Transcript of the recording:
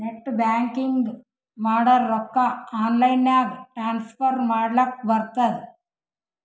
net banking ಮಾಡುರ್ ರೊಕ್ಕಾ online ನಾಗೆ ಟ್ರಾನ್ಸ್ಫರ್ ಮಾಡ್ಲಕ್ ಬರ್ತುದ್